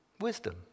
Wisdom